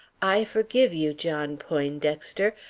i forgive you, john poindexter!